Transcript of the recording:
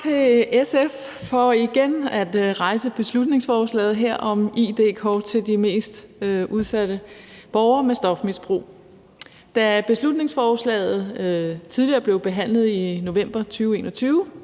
tak til SF for igen at fremsætte beslutningsforslaget her om et id-kort til de mest udsatte borgere med stofmisbrug. Da beslutningsforslaget tidligere blev behandlet i november 2021,